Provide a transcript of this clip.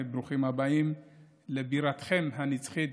וברוכים הבאים לבירתכם הנצחית,